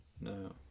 No